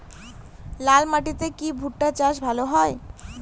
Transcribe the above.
লাল মাটিতে কি ভুট্টা চাষ ভালো হয়?